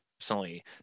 personally